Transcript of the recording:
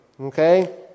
Okay